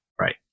Right